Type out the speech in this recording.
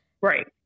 Right